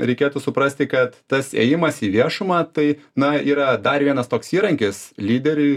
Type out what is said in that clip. reikėtų suprasti kad tas ėjimas į viešumą tai na yra dar vienas toks įrankis lyderiui